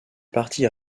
parti